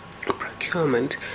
procurement